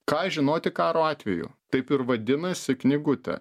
ką žinoti karo atveju taip ir vadinasi knygutė